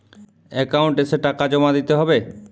Account এসে টাকা জমা দিতে হবে?